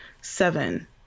Seven